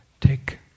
take